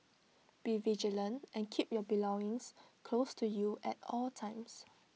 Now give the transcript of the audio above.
be vigilant and keep your belongings close to you at all times